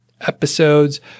episodes